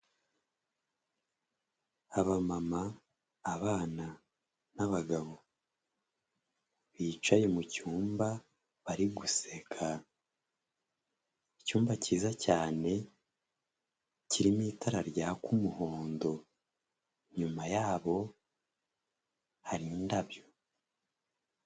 Abamama, abana n'abagabo bicaye mu cyumba bari guseka. Icyumba cyiza cyane kirimo itara ryaka umuhondo, inyuma yabo hari indabyo.